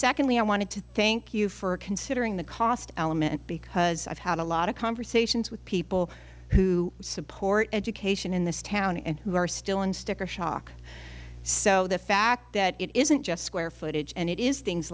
secondly i wanted to thank you for considering the cost element because i've had a lot of conversations with people who support education in this town and who are still in sticker shock so the fact that it isn't just square footage and it is things